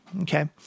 Okay